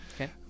Okay